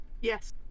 Yes